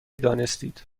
دانستید